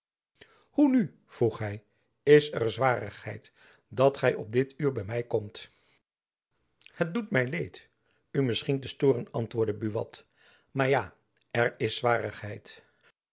hoe nu vroeg hy is er zwarigheid dat gy op dit uur by my komt het doet my leed u misschien te stooren antwoordde buat maar ja er is zwarigheid